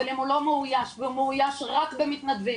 אבל אם הוא לא מאויש ומאויש רק במתנדבים